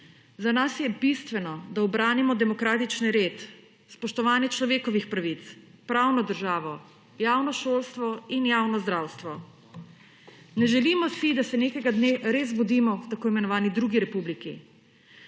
Za nas je bistveno, da ubranimo demokratičen red, spoštovanje človekovih pravic, pravno državo, javno šolstvo in javno zdravstvo. Ne želimo si, da se nekega dne res zbudimo v tako imenovani drugi republiki,